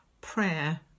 prayer